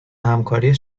همکاری